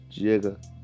Jigga